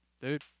dude